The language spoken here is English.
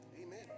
Amen